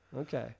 okay